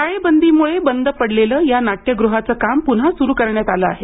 टाळेबंदीमुळे बंद पडलेलं या नाट्यगृहाचं काम पुन्हा सुरू करण्यात आलं आहे